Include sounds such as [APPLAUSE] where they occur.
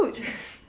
[LAUGHS]